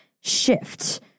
shift